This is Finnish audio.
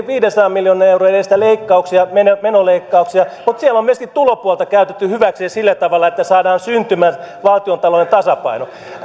viidensadan miljoonan euron edestä menoleikkauksia mutta siellä on myöskin tulopuolta käytetty hyväksi sillä tavalla että saadaan syntymään valtiontalouden tasapaino